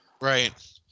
Right